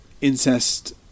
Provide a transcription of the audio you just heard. incest